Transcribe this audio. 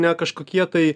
ne kažkokie tai